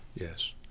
yes